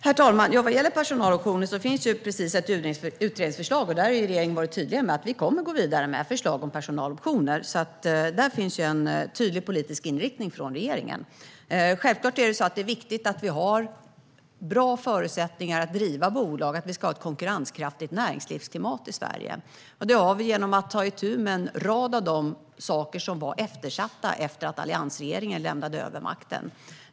Herr talman! Vad gäller personaloptioner finns det ett utredningsförslag, och vi i regeringen har varit tydliga med att vi kommer att gå vidare med detta förslag. Där finns en tydlig politisk inriktning från regeringen. Det är självfallet bra att vi har bra förutsättningar att driva bolag och att vi ska ha ett konkurrenskraftigt näringslivsklimat i Sverige. Detta har vi genom att vi tar itu med en rad saker som var eftersatta när alliansregeringen lämnade över makten.